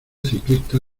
ciclista